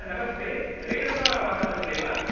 नमस्ते Renuka water supply वा